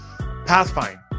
Pathfind